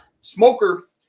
smoker